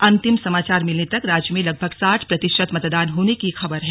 अंतिम समाचार मिलने तक राज्य में लगभग साठ प्रतिशत मतदान होने की खबर है